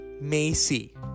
Macy